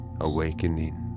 awakening